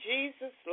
Jesus